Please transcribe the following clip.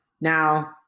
Now